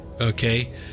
okay